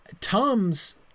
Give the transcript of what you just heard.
Tom's